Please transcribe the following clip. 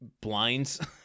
blinds